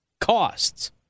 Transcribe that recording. costs